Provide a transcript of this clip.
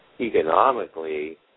economically